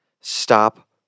Stop